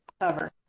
cover